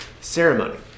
ceremony